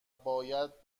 باید